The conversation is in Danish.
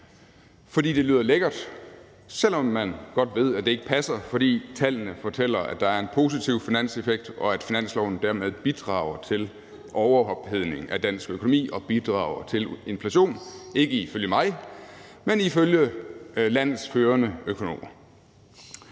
fordi det lyder lækkert, selv om man godt ved, at det ikke passer, fordi tallene fortæller, at der er en positiv finanseffekt, og at finansloven dermed bidrager til overophedning af dansk økonomi og bidrager til inflation – ikke ifølge mig, men ifølge landets førende økonomer.